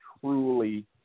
truly